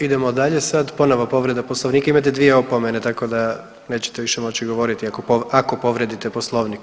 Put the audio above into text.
Idemo dalje, sad ponovo povreda Poslovnika, imate dvije opomene, tako da nećete više moći govoriti ako povrijedite Poslovnik.